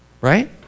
right